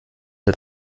der